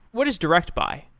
what is direct buy?